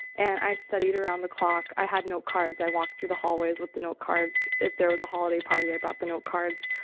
and i studied around the clock. i had note cards. i walked through the hallways with the note cards. if there was a holiday party, i brought the note cards.